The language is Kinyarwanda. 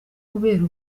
kubera